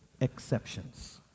exceptions